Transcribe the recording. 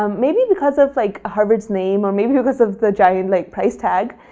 um maybe because of like harvard's name or maybe because of the giant like price tag,